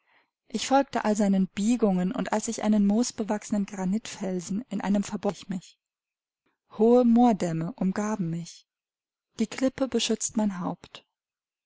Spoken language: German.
ich folgte all seinen biegungen und als ich einen moosbewachsenen granitfelsen in einem verborgenen winkel fand setzte ich mich hohe moordämme umgaben mich die klippe beschützte mein haupt